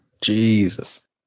jesus